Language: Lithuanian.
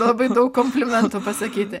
labai daug komplimentų pasakyti